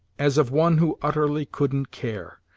as of one who utterly couldn't care.